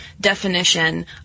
definition